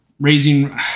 raising